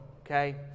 Okay